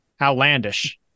Outlandish